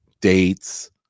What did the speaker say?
dates